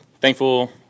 thankful